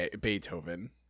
Beethoven